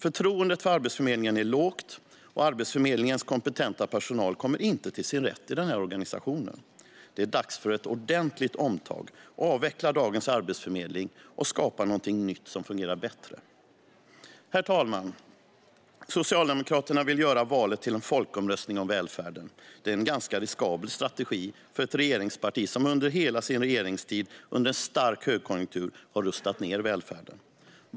Förtroendet för Arbetsförmedlingen är lågt, och Arbetsförmedlingens kompetenta personal kommer inte till sin rätt i denna organisation. Det är dags för ett ordentligt omtag: Avveckla dagens arbetsförmedling och skapa något nytt som fungerar bättre. Herr talman! Socialdemokraterna vill göra valet till en folkomröstning om välfärden. Det är en ganska riskabel strategi för ett regeringsparti som under hela sin regeringstid och under stark högkonjunktur har rustat ned välfärden.